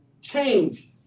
change